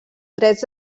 drets